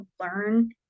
learn